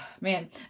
man